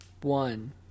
One